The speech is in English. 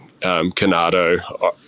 canado